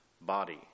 body